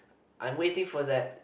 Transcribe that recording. I am waiting for that